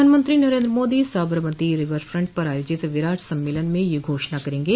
प्रधानमंत्री Narendra Modi Sabarmati river front पर आयोजित विराट सम्मेलन म यह घोषणा करेंगे